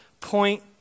point